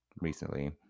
recently